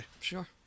Sure